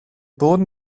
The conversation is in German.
boden